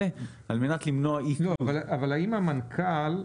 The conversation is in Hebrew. אבל האם המנכ"ל,